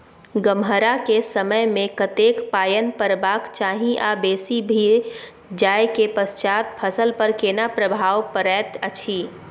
गम्हरा के समय मे कतेक पायन परबाक चाही आ बेसी भ जाय के पश्चात फसल पर केना प्रभाव परैत अछि?